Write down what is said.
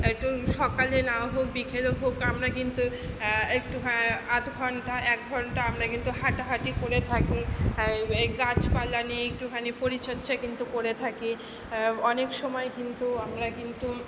একটু সকালে না হোক বিকেলে হোক আমরা কিন্তু একটুখানি আধঘন্টা একঘন্টা আমরা কিন্তু হাঁটাহাঁটি করে থাকি এই গাছপালা নিয়ে একটুখানি পরিচর্চা কিন্তু করে থাকি অনেক সময় কিন্তু আমরা কিন্তু